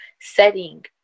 setting